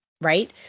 Right